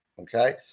okay